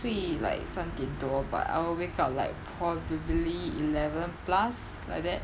睡 like 三点多 but I will wake up like probably eleven plus like that